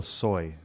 soy